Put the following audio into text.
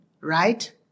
right